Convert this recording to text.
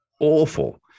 awful